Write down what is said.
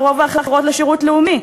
ורוב האחרות לשירות לאומי,